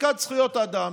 חקיקת זכויות אדם,